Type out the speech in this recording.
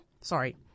sorry